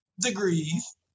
degrees